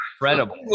Incredible